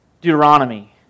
Deuteronomy